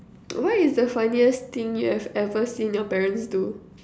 what is the funniest thing you have ever seen your parents do